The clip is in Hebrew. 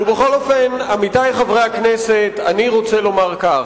ובכל אופן, עמיתי חברי הכנסת, אני רוצה לומר כך: